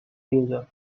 user